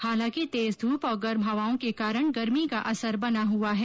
हालांकि तेज धूप और गर्म हवाओं के कारण गर्मी का असर बना हुआ है